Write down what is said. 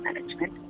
Management